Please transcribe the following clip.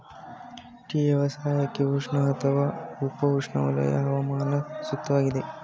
tea ವ್ಯವಸಾಯಕ್ಕೆ ಉಷ್ಣ ಅಥವಾ ಉಪ ಉಷ್ಣವಲಯ ಹವಾಮಾನ ಸೂಕ್ತವಾಗಿದೆ